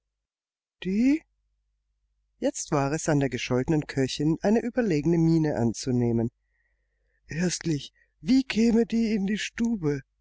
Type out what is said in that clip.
jetzt war es an der gescholtenen köchin eine überlegene miene anzunehmen erstlich wie käme die in die stube